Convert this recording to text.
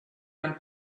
and